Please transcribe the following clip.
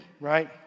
right